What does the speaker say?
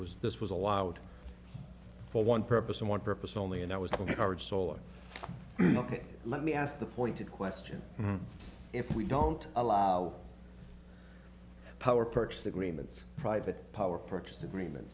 was this was allowed for one purpose and one purpose only and that was the card soul let me ask the pointed question if we don't allow power purchase agreements private power purchase agreements